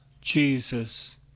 Jesus